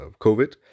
COVID